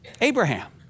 Abraham